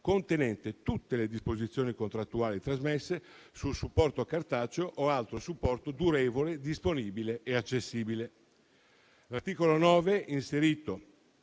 contenente tutte le disposizioni contrattuali trasmesse su supporto cartaceo o altro supporto durevole disponibile e accessibile. L'articolo 9, inserito